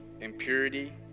impurity